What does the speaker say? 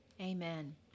Amen